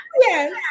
Yes